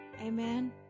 amen